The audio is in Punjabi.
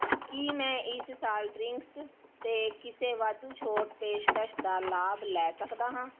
ਕੀ ਮੈਂ ਇਸ ਸਾਲ ਡਰਿੰਕਸ 'ਤੇ ਕਿਸੇ ਵਾਧੂ ਛੋਟ ਪੇਸ਼ਕਸ਼ ਦਾ ਲਾਭ ਲੈ ਸਕਦਾ ਹਾਂ